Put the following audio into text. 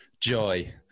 joy